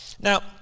Now